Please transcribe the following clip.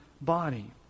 body